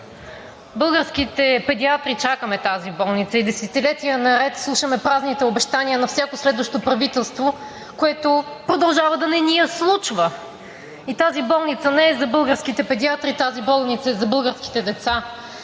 българските педиатри чакаме тази болница и десетилетия наред слушаме празните обещания на всяко следващо правителство, което продължава да не ни я случва. И тази болница не е за българските педиатри, тази болница е за българските деца.